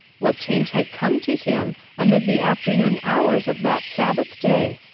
what change had come to him amid the afternoon hours of that sabbath day?